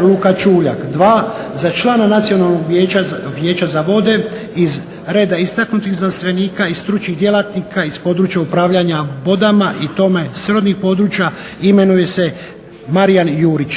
Luka Čuljak, 2 za člana Nacionalnog vijeća za vode iz reda istaknutih znanstvenika i stručnih djelatnika iz područja upravljanja vodama i tome srodnih područja imenuje se Marijan Jurić.